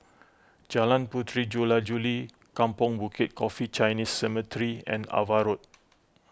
Jalan Puteri Jula Juli Kampong Bukit Coffee Chinese Cemetery and Ava Road